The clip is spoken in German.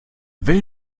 will